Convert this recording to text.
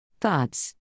Thoughts